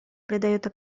придает